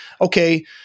okay